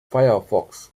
firefox